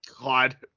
God